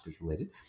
related